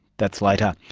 that's later.